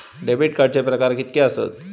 Debit कार्डचे प्रकार कीतके आसत?